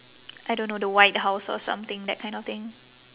I don't know the white house or something that kind of thing